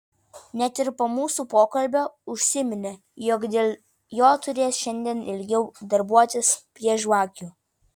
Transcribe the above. net ir po mūsų pokalbio užsiminė jog dėl jo turės šiandien ilgiau darbuotis prie žvakių